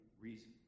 reason